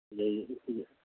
اچھا یہ بھی صحیح ہے